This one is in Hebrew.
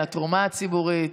על התרומה הציבורית,